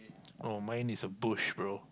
oh mine is a brush bro